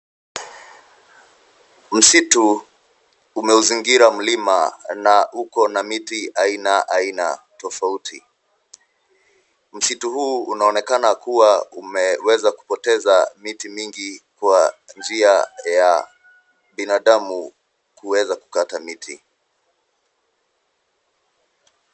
Msitu umeuzingira mlima na uko na miti aina ina tofauti. Msitu huu unaweza kuonekana kupoteza miti mingi kwa njia ya binadamu kuweza kutaka miti.